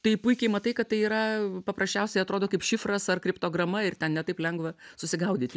tai puikiai matai kad tai yra paprasčiausiai atrodo kaip šifras ar kriptograma ir ten ne taip lengva susigaudyti